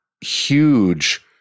huge